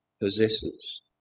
possesses